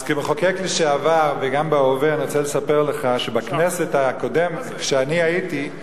אז כמחוקק לשעבר וגם בהווה אני רוצה לספר לך שבכנסת הקודמת שאני הייתי,